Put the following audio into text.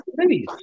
cities